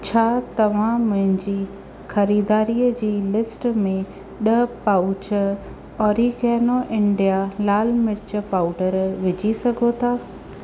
छा तव्हां मुंहिंजी ख़रीदारीअ जी लिस्ट में ॾह पाउच ओरीगेनो इंडिया लाल मिर्च पाउडरु विझी सघो था